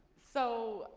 so,